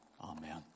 Amen